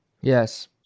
Yes